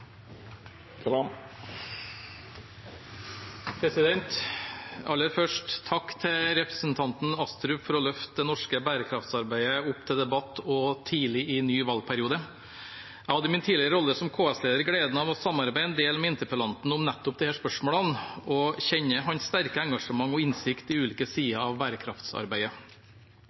Aller først, takk til representanten Astrup for å løfte det norske bærekraftsarbeidet opp til debatt også tidlig i ny valgperiode. Jeg hadde i min tidligere rolle som KS-leder gleden av å samarbeide en del med interpellanten om nettopp disse spørsmålene, og jeg kjenner til hans sterke engasjement og innsikt i ulike sider av bærekraftsarbeidet.